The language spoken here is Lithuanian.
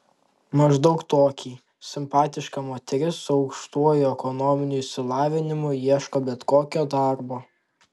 maždaug tokį simpatiška moteris su aukštuoju ekonominiu išsilavinimu ieško bet kokio darbo